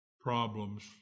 problems